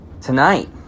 Tonight